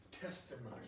testimony